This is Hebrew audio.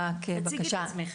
אסביר.